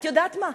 את יודעת מה,